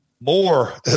more